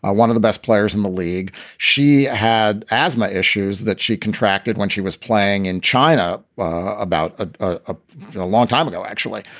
ah one of the best players in the league. she had asthma issues that she contracted when she was playing in china about a long time ago, actually.